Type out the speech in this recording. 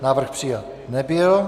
Návrh přijat nebyl.